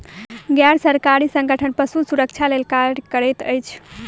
गैर सरकारी संगठन पशु सुरक्षा लेल कार्य करैत अछि